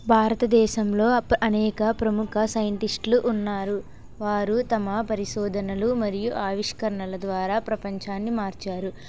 భారతదేశంలో అనేక ప్రముఖ సైంటిస్ట్లు ఉన్నారు వారు తమ పరిశోధనలు మరియు ఆవిష్కరణల ద్వారా ప్రపంచాన్ని మార్చారు